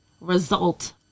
result